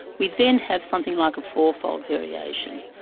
we then have something like a four-fold variation.